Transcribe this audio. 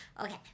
Okay